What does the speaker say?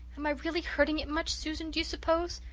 am i really hurting it much, susan, do you suppose?